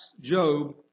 Job